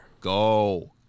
go